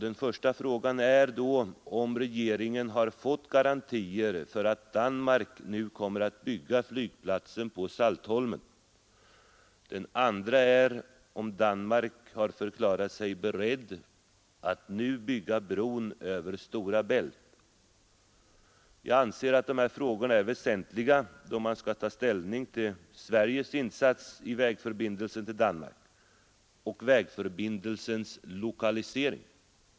Den första frågan är om regeringen har fått garantier för att Danmark kommer att bygga flygplatsen på Saltholm. Den andra frågan är om Danmark är berett att bygga bron över Stora Bält. Jag anser att de: a frågor är väsentliga då man skall ta ställning till Sveriges insats i fråga om vägförbindelsen till Danmark och vägförbindelsens lokalisering.